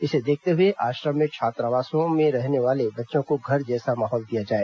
इसे देखते हुए आश्रम और छात्रावासों में रहने वाले बच्चों को घर जैसा माहौल दिया जाए